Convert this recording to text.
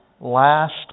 last